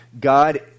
God